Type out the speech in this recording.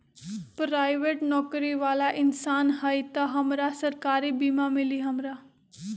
Private नौकरी बाला इंसान हई त हमरा सरकारी बीमा मिली हमरा?